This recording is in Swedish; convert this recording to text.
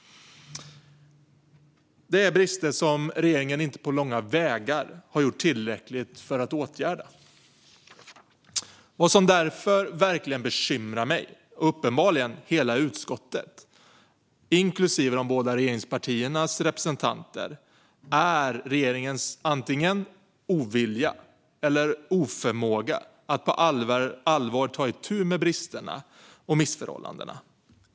Regeringen har inte på långa vägar gjort tillräckligt för att åtgärda dessa brister. Vad som därför verkligen bekymrar mig och uppenbarligen hela utskottet, inklusive de båda regeringspartiernas representanter, är regeringens antingen ovilja eller oförmåga att på allvar ta itu med bristerna och missförhållandena.